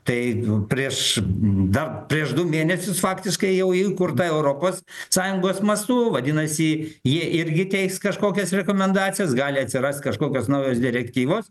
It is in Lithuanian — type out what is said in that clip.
tai prieš dar prieš du mėnesius faktiškai jau įkurta europos sąjungos mastu vadinasi jie irgi teiks kažkokias rekomendacijas gali atsirast kažkokios naujos direktyvos